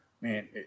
Man